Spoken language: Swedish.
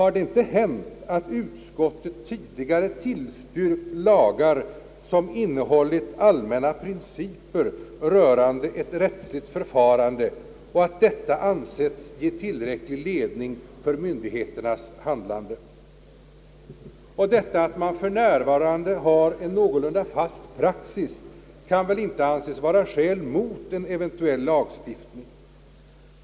Har det inte hänt att utskottet tidigare tillstyrkt lagar som innehållit allmänna principer rörande ett rättsligt förfarande och att detta ansetts ge tillräcklig ledning för myndigheternas handlande? Att man för närvarande har en någorlunda fast praxis kan väl inte anses vara skäl mot en eventuell lagstiftning.